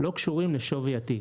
לא קשורים לשווי התיק.